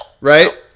Right